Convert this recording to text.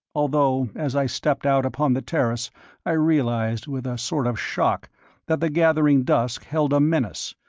although as i stepped out upon the terrace i realized with a sort of shock that the gathering dusk held a menace,